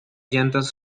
llantas